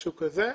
משהו כזה.